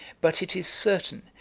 but it is certain,